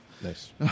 Nice